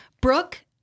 Brooke